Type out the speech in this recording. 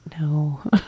no